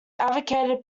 advocated